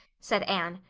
said anne.